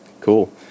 Cool